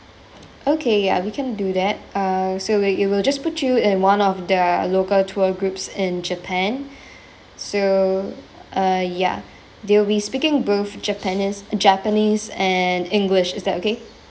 okay ya we can do that uh so we'll you we'll just put you in one of the local tour groups in japan so uh ya they'll be speaking both japanese japanese and english is that okay